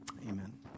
amen